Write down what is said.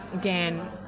Dan